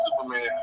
Superman